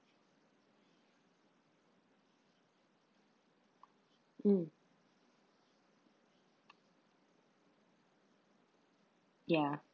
mm ya